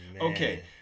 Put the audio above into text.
Okay